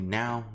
now